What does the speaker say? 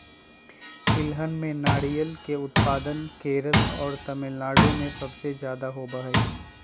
तिलहन में नारियल के उत्पादन केरल और तमिलनाडु में सबसे ज्यादा होबा हई